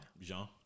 Jean